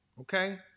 Okay